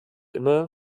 immer